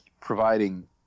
providing